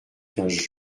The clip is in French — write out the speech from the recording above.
quinze